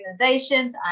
organizations